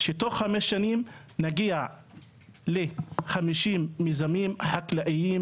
שבתוך חמש שנים נגיע ל-50 מיזמים חקלאיים